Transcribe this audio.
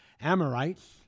Amorites